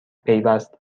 پیوست